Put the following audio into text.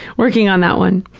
working on that one.